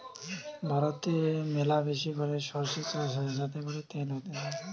ভারতে ম্যালাবেশি করে সরষে চাষ হয় যাতে করে তেল হতিছে